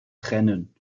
trennen